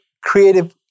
creative